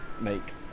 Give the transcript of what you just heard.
make